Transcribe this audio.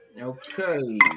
Okay